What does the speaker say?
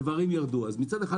מצד אחד,